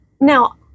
now